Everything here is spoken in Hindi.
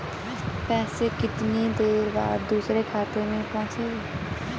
पैसे कितनी देर बाद दूसरे खाते में पहुंचेंगे?